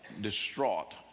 distraught